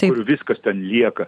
kur viskas ten lieka